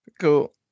Cool